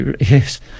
yes